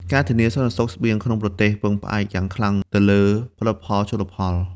ការធានា សន្តិសុខស្បៀង ក្នុងប្រទេសពឹងផ្អែកយ៉ាងខ្លាំងទៅលើផលិតផលជលផល។